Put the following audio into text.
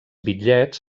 bitllets